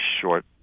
short